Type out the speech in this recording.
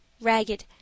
ragged